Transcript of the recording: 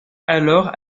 alors